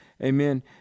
Amen